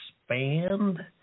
expand